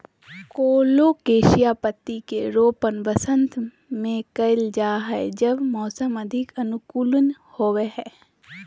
colocasia पत्तियां के रोपण वसंत में कइल जा हइ जब मौसम अधिक अनुकूल होबो हइ